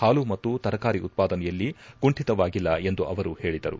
ಹಾಲು ಮತ್ತು ತರಕಾರಿ ಉತ್ವಾದನೆಯಲ್ಲಿ ಕುಂಠಿತವಾಗಿಲ್ಲ ಎಂದು ಅವರು ಹೇಳಿದರು